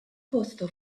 posto